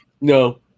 No